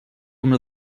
una